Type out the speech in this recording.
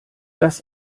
das